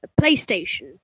playstation